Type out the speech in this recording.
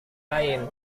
lain